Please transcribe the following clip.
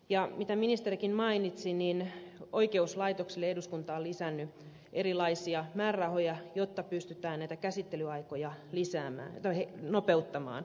ja kuten ministerikin mainitsi eduskunta on lisännyt oikeuslaitokselle erilaisia määrärahoja jotta pystytään näitä käsittelyaikoja nopeuttamaan